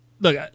Look